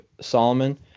solomon